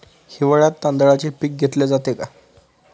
हिवाळ्यात तांदळाचे पीक घेतले जाते का?